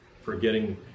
forgetting